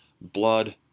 blood